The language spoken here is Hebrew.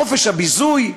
חופש הביזוי.